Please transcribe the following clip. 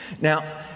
Now